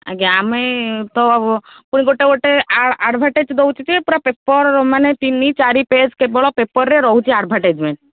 ଆଜ୍ଞା ଆମେ ତ ପୁଣି ଗୋଟେ ଗୋଟେ ଆଡ଼ଭାଟାଇଜ ଦେଉଛି ଯେ ପୁରା ପେପର୍ ମାନେ ତିନି ଚାରି ପେଜ୍ କେବଳ ପେପରରେ ରହୁଛି ଆଡ଼ଭାଟାଇଜମେଣ୍ଟ